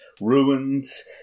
ruins